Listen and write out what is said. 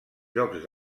jocs